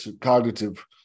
cognitive